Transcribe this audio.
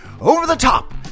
over-the-top